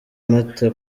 mata